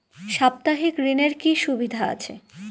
সাপ্তাহিক ঋণের কি সুবিধা আছে?